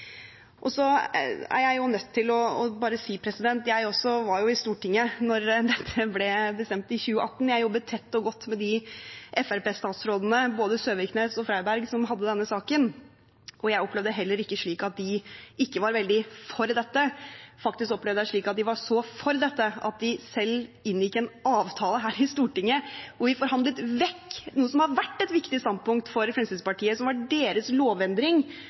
Så er jeg nødt til bare å si: Jeg var jo også i Stortinget da dette ble bestemt i 2018. Jeg jobbet tett og godt med de Fremskrittsparti-statsrådene, både Søviknes og Freiberg, som hadde denne saken, og jeg opplevde det heller ikke slik at de ikke var veldig for dette. Faktisk opplevde jeg det slik at de var så for dette at de selv inngikk en avtale her i Stortinget hvor vi forhandlet vekk noe som har vært et viktig standpunkt for Fremskrittspartiet, som var deres lovendring